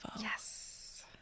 Yes